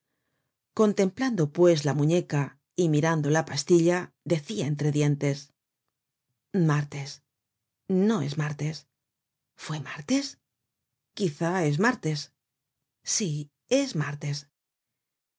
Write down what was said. contemplando pues la muñeca y mirando la pastilla decia entre dientes martes no es mártes fue martes quizá es martes sí es mártes